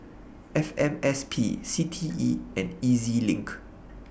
F M S P C T E and E Z LINK